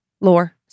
lore